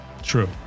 True